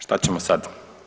Šta ćemo sad?